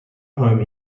home